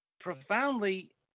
profoundly